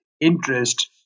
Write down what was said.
interest